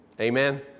amen